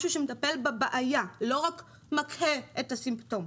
משהו שמטפל בבעיה, לא רק מכהה את הסימפטום.